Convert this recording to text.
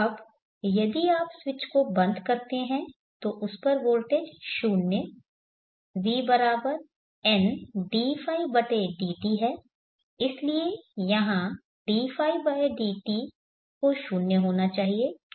अब यदि आप स्विच को बंद करते हैं तो उस पर वोल्टेज 0 v N dϕdt है इसलिए यहाँ dϕdt को 0 होना चाहिए क्योंकि N 0 नहीं है